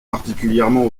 particulièrement